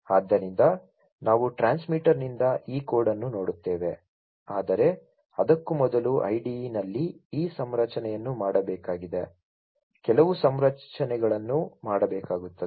ಆದ್ದರಿಂದ ನಾವು ಟ್ರಾನ್ಸ್ಮಿಟರ್ನಿಂದ ಈ ಕೋಡ್ ಅನ್ನು ನೋಡುತ್ತೇವೆ ಆದರೆ ಅದಕ್ಕೂ ಮೊದಲು IDE ನಲ್ಲಿ ಈ ಸಂರಚನೆಯನ್ನು ಮಾಡಬೇಕಾಗಿದೆ ಕೆಲವು ಸಂರಚನೆಗಳನ್ನು ಮಾಡಬೇಕಾಗುತ್ತದೆ